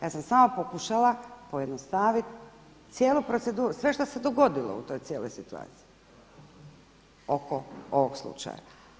Ja sam samo pokušala pojednostaviti cijelu proceduru sve što se dogodilo u cijeloj toj situaciji oko ovog slučaja.